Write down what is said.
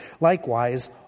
Likewise